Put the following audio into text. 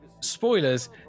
Spoilers